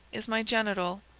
is my genital,